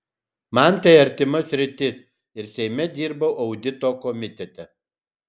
man tai artima sritis ir seime dirbau audito komitete